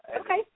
Okay